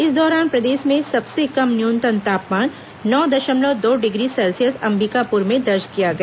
इस दौरान प्रदेश में सबसे कम न्यूनतम तापमान नौ दशमलव दो डिग्री सेल्सियस अंबिकापुर में दर्ज किया गया